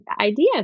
idea